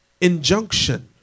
injunction